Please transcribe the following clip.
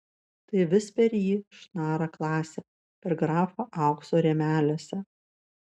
tai vis per jį šnara klasė per grafą aukso rėmeliuose